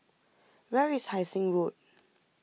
where is Hai Sing Road